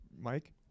Mike